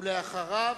ואחריו,